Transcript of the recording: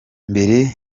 mbere